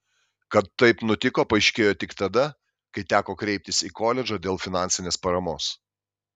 kad taip nutiko paaiškėjo tik tada kai teko kreiptis į koledžą dėl finansinės paramos